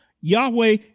Yahweh